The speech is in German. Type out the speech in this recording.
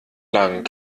lang